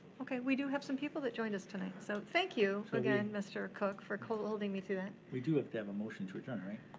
okay, we do have some people that joined us tonight. so thank you, again, mr. cook for holding me to that. we do have to have a motion to adjourn, right?